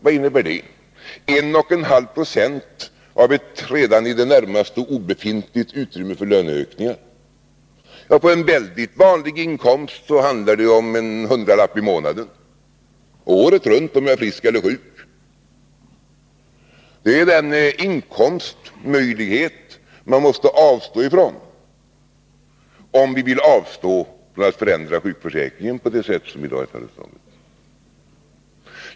Vad innebär en och en halv procent av ett redan i det närmaste obefintligt utrymme för löneökningar? På en vanlig inkomst handlar det om en hundralapp i månaden — året runt, vare sig jag är frisk eller sjuk. Det är den inkomstmöjlighet man måste avstå från om man vill avstå från att förändra sjukförsäkringen på det sätt som nu föreslagits.